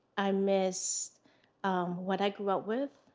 i missed um what i grew up with.